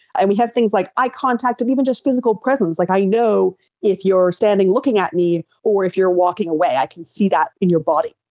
and we have things like eye contact and even just physical presence. like, i know if you're standing looking at me or if you're walking away, i can see that in your body.